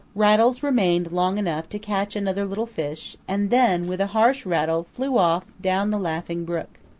rattles remained long enough to catch another little fish, and then with a harsh rattle flew off down the laughing brook.